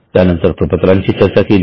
त्यानंतर प्रपत्रांची चर्चा केली